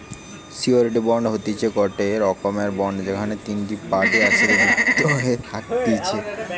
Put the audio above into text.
surety bond হতিছে গটে রকমের বন্ড যেখানে তিনটে পার্টি একসাথে যুক্ত হয়ে থাকতিছে